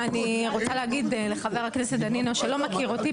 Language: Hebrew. קודם כל אני רוצה להגיד לחבר הכנסת דנינו שלא מכיר אותי,